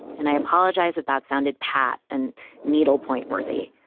and i apologize if that sounded pat and needle point worthy,